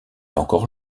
encore